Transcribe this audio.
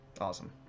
awesome